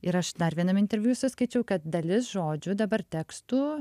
ir aš dar vienam interviu jūsų skaičiau kad dalis žodžių dabar tekstų